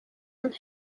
and